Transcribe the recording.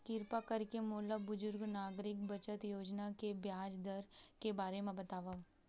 किरपा करके मोला बुजुर्ग नागरिक बचत योजना के ब्याज दर के बारे मा बतावव